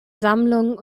sammlungen